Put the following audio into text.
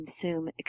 consume